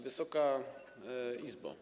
Wysoka Izbo!